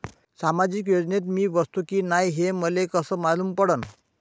सामाजिक योजनेत मी बसतो की नाय हे मले कस मालूम पडन?